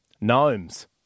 Gnomes